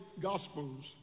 Gospels